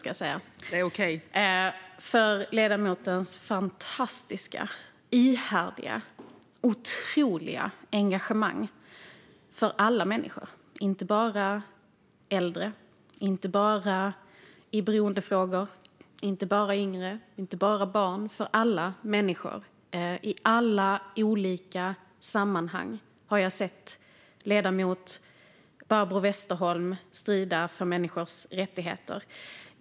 Jag vill tacka ledamoten Barbro Westerholm för hennes fantastiska, ihärdiga och otroliga engagemang för alla människor - inte bara äldre, inte bara när det gäller beroendefrågor, inte bara yngre och inte bara barn utan alla människor. I alla olika sammanhang har jag sett ledamoten Barbro Westerholm strida för människors rättigheter.